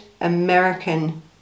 american